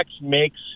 makes